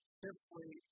simply